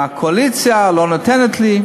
הקואליציה לא נותנת לי,